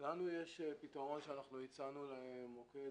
יש לנו פתרון שהצענו למוקד.